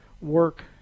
work